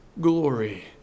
glory